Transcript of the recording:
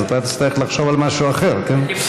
אז אתה תצטרך לחשוב על משהו אחר, כן?